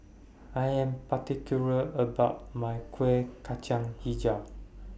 I Am particular about My Kuih Kacang Hijau